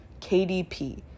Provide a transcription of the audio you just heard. kdp